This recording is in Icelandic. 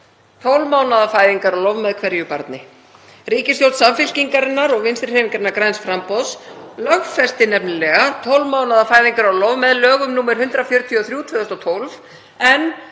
12 mánaða fæðingarorlofi með hverju barni. Ríkisstjórn Samfylkingarinnar og Vinstrihreyfingarinnar – græns framboðs lögfesti nefnilega 12 mánaða fæðingarorlof með lögum nr. 143/2012, en